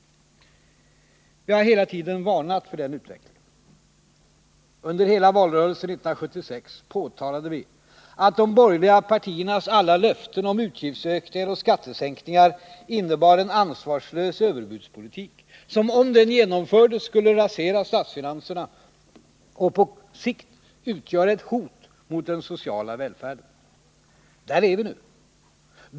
Vi har hela tiden varnat för denna utveckling. Under valrörelsen 1976 påpekade vi ständigt att de borgerliga partiernas alla löften om utgiftsökningar och skattesänkningar innebar en ansvarslös överbudspolitik som, om den genomfördes, skulle rasera statsfinanserna och på sikt utgöra ett hot mot den sociala välfärden. I den situationen är vi nu.